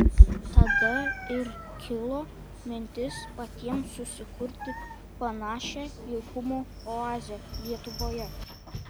tada ir kilo mintis patiems susikurti panašią jaukumo oazę lietuvoje